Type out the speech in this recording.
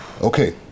Okay